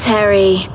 Terry